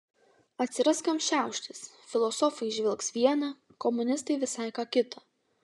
atsiras kam šiauštis filosofai įžvelgs viena komunistai visai ką kita